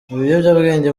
ibiyobyabwenge